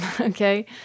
okay